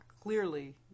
clearly